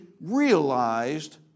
realized